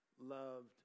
loved